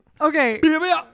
Okay